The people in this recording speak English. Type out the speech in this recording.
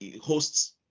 hosts